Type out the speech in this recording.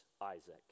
Isaac